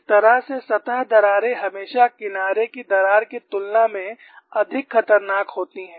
इस तरह से सतह दरारें हमेशा किनारे की दरार की तुलना में अधिक खतरनाक होती हैं